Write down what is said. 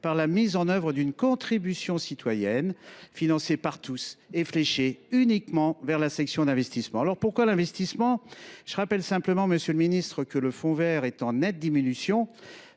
par la mise en œuvre d’une contribution citoyenne financée par tous et fléchée uniquement vers la section d’investissement. Pourquoi cette section ? Je me contente de rappeler, monsieur le ministre, que le fonds vert est en nette diminution,